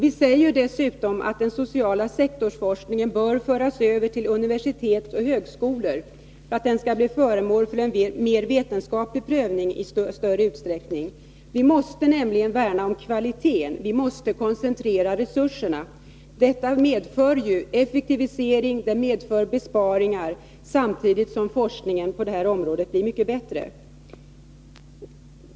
Vi säger dessutom att den sociala sektorsforskningen bör föras över till universitet och högskolor för att den i större utsträckning skall bli föremål för en mer vetenskaplig prövning. Vi måste nämligen värna om kvaliteten och koncentrera resurserna. Detta medför effektivisering och besparingar, samtidigt som forskningen på det här området blir mycket bättre.